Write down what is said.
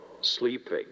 sleeping